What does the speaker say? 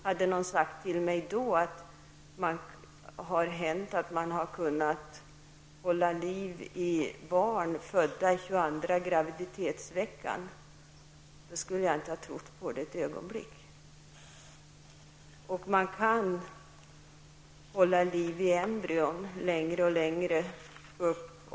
Hade någon sagt till mig då att det har hänt att man har kunnat hålla liv i barn födda i 22:a graviditetsveckan, skulle jag inte ha trott på det ett ögonblick. Man kan också hålla liv i embryon längre och längre.